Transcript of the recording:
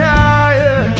higher